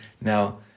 Now